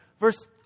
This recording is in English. Verse